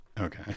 Okay